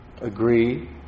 agree